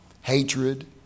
hatred